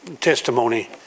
testimony